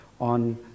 on